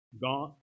gone